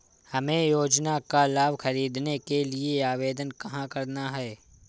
हमें योजना का लाभ ख़रीदने के लिए आवेदन कहाँ करना है?